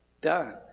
done